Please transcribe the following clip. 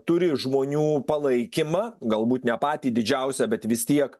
turi žmonių palaikymą galbūt ne patį didžiausią bet vis tiek